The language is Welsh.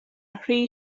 rhy